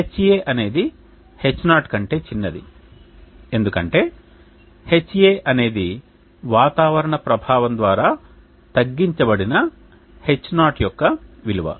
Ha అనేది H0 కంటే చిన్నది ఎందుకంటే Ha అనేది వాతావరణ ప్రభావం ద్వారా తగ్గించబడిన H0 యొక్క విలువ